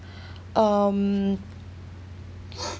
um